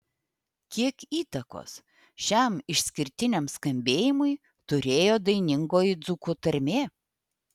kiek įtakos šiam išskirtiniam skambėjimui turėjo dainingoji dzūkų tarmė